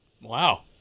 Wow